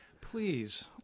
Please